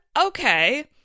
Okay